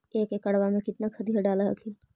एक एकड़बा मे कितना खदिया डाल हखिन?